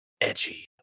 edgy